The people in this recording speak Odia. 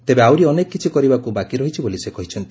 ତେବେ ଆହୁରି ଅନେକ କିଛି କରିବାକୁ ରହିଛି ବୋଲି ସେ କହିଛନ୍ତି